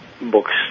books